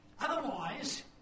Otherwise